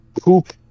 poop